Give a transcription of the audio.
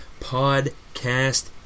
Podcast